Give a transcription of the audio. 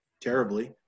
terribly